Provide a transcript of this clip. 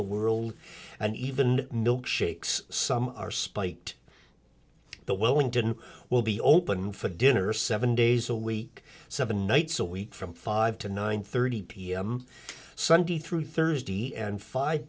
the world and even milkshakes some are spiked the wellington will be open for dinner seven days a week seven nights a week from five to nine thirty pm sunday through thursday and five